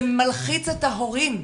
זה מלחיץ את ההורים.